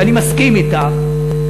ואני מסכים אתך,